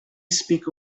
speak